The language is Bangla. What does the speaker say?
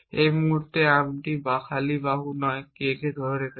এই মুহুর্তে আর্মটি খালি বাহু নয় Kকে ধরে আছে